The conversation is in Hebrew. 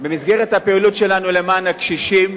במסגרת הפעילות שלנו למען הקשישים,